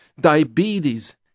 diabetes